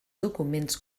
documents